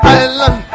island